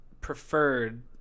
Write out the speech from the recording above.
preferred